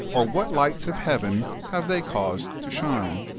or what lights of heaven have they caused to shine?